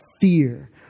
fear